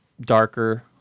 darker